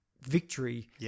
victory